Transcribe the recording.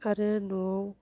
आरो न'आव